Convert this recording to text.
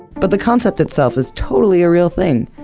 but the concept itself is totally a real thing.